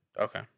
Okay